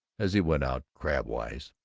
as he went out, crabwise.